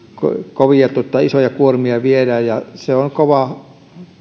isoja kuormia viedään ja se on kova